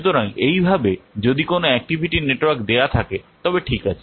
সুতরাং এইভাবে যদি কোনও অ্যাক্টিভিটি নেটওয়ার্ক দেওয়া থাকে তবে ঠিক আছে